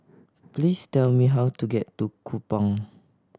please tell me how to get to Kupang